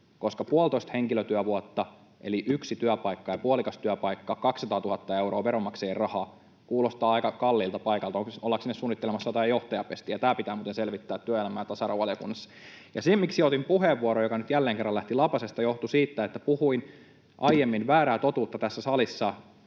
Puolitoista henkilötyövuotta eli yksi työpaikka ja puolikas työpaikka, kaksisataatuhatta euroa veronmaksajien rahaa, kuulostaa aika kalliilta paikalta. Ollaanko sinne suunnittelemassa jotain johtajapestiä? Tämä pitää muuten selvittää työelämä- ja tasa-arvovaliokunnassa. Se, miksi otin puheenvuoron, joka nyt jälleen kerran lähti lapasesta, johtui siitä, että puhuin aiemmin väärää totuutta tässä salissa,